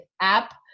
app